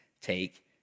take